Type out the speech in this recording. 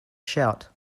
shout